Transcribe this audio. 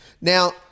now